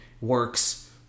works